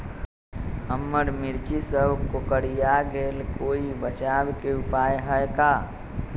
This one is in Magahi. हमर मिर्ची सब कोकररिया गेल कोई बचाव के उपाय है का?